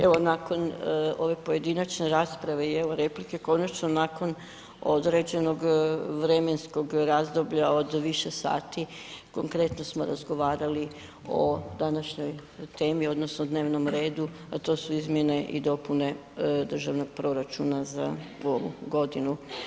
Evo nakon ove pojedinačne rasprave i replike, konačno nakon određenog vremenskog razdoblja od više sati konkretno smo razgovarali o današnjoj temi odnosno o dnevnom redu, a to su izmjene i dopune državnog proračuna za ovu godinu.